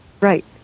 Right